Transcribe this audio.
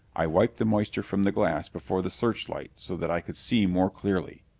i wiped the moisture from the glass before the searchlight so that i could see more clearly.